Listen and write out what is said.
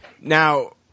Now